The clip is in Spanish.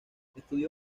estudió